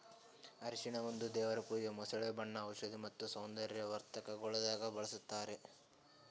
ಅರಿಶಿನ ಒಂದ್ ದೇವರ್ ಪೂಜಾ, ಮಸಾಲೆ, ಬಣ್ಣ, ಔಷಧ್ ಮತ್ತ ಸೌಂದರ್ಯ ವರ್ಧಕಗೊಳ್ದಾಗ್ ಬಳ್ಸತಾರ್